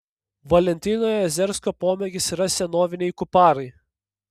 valentino jazersko pomėgis yra senoviniai kuparai